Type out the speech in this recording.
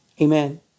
Amen